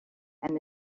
and